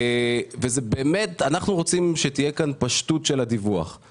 אנחנו רוצים שתהיה כאן פשטות של הדיווח;